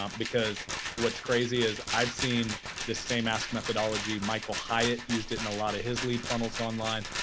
um because what's crazy is i've seen the same ask methodology. michael hyatt used it in a lot of his lead funnels online.